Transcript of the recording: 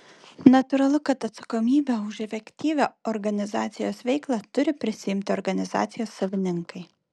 natūralu kad atsakomybę už efektyvią organizacijos veiklą turi prisiimti organizacijos savininkai